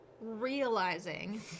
realizing